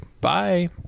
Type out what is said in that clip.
Bye